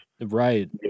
right